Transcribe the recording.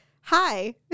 hi